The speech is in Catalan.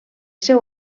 seu